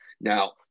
Now